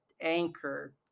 Anchor